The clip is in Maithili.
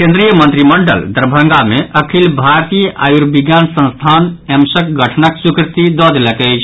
केन्द्रीय मंत्रिमंडल दरभंगा मे अखिल भारतीय आयुर्विज्ञान संस्थान एम्सक गठनक स्वीकृति दऽ देलक अछि